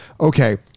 okay